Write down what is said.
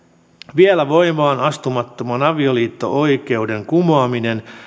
vielä voimaan astumattoman avioliitto oikeuden kumoaminen